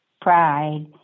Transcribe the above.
pride